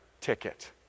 ticket